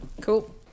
Cool